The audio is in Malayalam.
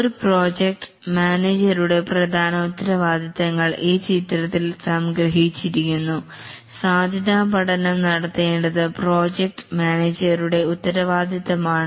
ഒരു പ്രോജക്റ്റ് മാനേജരുടെ പ്രധാന ഉത്തരവാദിത്തങ്ങൾ ഈ ചിത്രത്തിൽ സംഗ്രഹിച്ചിരിക്കുന്നു സാധ്യതാ പഠനം നടത്തേണ്ടത് പ്രോജക്റ്റ് മാനേജർമാരുടെ ഉത്തരവാദിത്തമാണ്